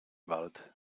wald